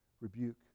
rebuke